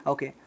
Okay